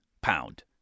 Pound